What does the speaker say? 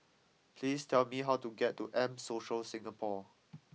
please tell me how to get to M Social Singapore